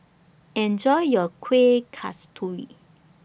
Enjoy your Kueh Kasturi